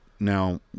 Now